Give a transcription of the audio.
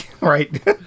Right